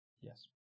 Yes